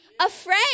afraid